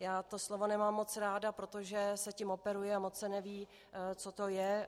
Já to slovo nemám moc ráda, protože se tím operuje a moc se neví, co to je.